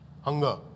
Hunger